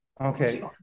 Okay